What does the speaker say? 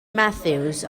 matthews